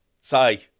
say